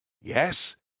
Yes